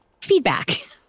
feedback